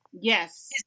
Yes